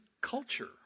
culture